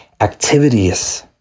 activities